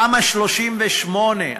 תמ"א 38,